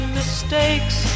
mistakes